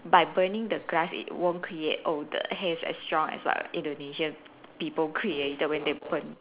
by burning the grass it won't create odour haze as strong as what Indonesia people created when they burn